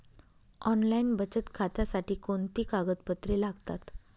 Online बचत खात्यासाठी कोणती कागदपत्रे लागतात?